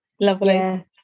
lovely